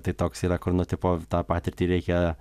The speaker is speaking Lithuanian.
tai toks yra kur nu tipo tą patirtį reikia